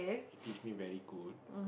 he teach me very good